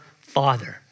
father